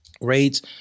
rates